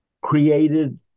created